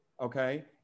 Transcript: okay